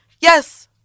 Yes